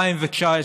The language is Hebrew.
כלומר של הפנסיה,